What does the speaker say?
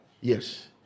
yes